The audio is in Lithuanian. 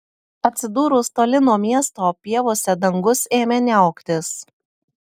atsidūrus toli nuo miesto pievose dangus ėmė niauktis